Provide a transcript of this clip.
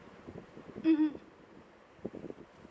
mmhmm